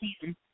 season